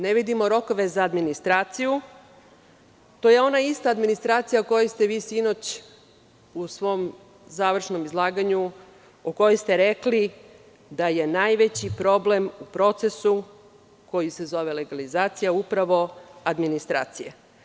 Ne vidimo rokove za administraciju, a to je ona ista administracija o kojoj ste sinoć u svom završnom izlaganju rekli da je najveći problem u procesu koji se zove legalizacija, upravo administracija.